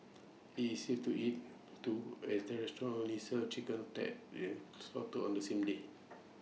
IT is safe to eat too as the restaurant only serves chicken that is slaughtered on the same day